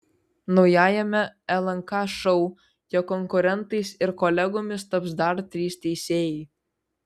naujajame lnk šou jo konkurentais ir kolegomis taps dar trys teisėjai